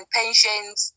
pensions